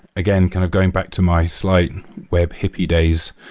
again, kind of going back to my slight web hippie days,